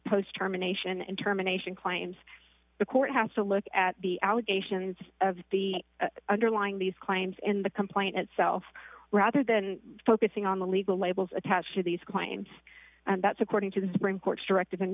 post terminations and terminations claims the court has to look at the allegations of the underlying these claims in the complaint itself rather than focusing on the legal labels attached to these clients and that's according to the supreme court's direct